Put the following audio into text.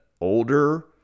older